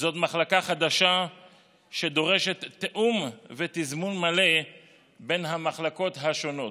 זו מחלקה חדשה שדורשת תיאום ותזמון מלא בין המחלקות השונות.